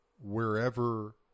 wherever